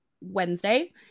Wednesday